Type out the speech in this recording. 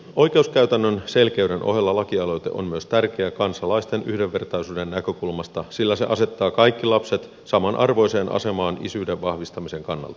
oikeuskäytännön selkeyden ohella lakialoite on myös tärkeä kansalaisten yhdenvertaisuuden näkökulmasta sillä se asettaa kaikki lapset samanarvoiseen asemaan isyyden vahvistamisen kannalta